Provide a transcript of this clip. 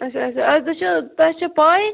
اچھا اچھا آزٕ چھِ تۄہہِ چھو پاے